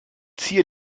zier